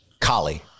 Kali